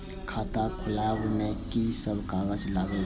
खाता खोलाअब में की सब कागज लगे छै?